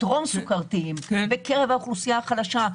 הטרום-סוכרתיים בקרב האוכלוסייה החלשה,